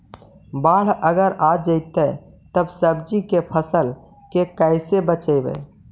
बाढ़ अगर आ जैतै त सब्जी के फ़सल के कैसे बचइबै?